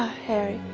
harry.